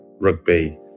rugby